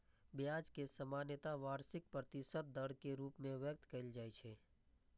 ब्याज कें सामान्यतः वार्षिक प्रतिशत दर के रूप मे व्यक्त कैल जाइ छै